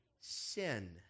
sin